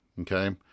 okay